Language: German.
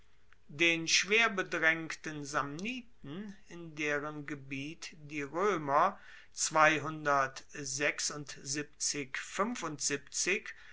den schwer bedraengten samniten in deren gebiet die roemer